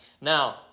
Now